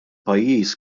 pajjiż